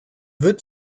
wird